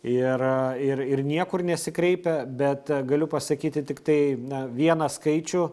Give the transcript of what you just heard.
ir ir ir niekur nesikreipia bet galiu pasakyti tiktai na vieną skaičių